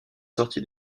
sorti